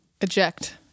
Eject